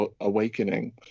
awakening